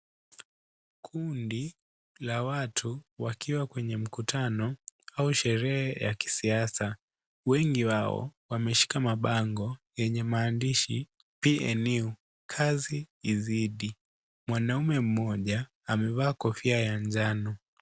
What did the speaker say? Kundi la watu wakiwa kwenye mkutano au sherehe ya kisiasa. Wemgi wao wameshika mabango yenye maandishi PNU, kazi izidi, mwanamme mmoja amevaa kofia ya njano.